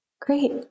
Great